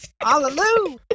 Hallelujah